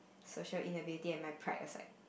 social inability and my pride aside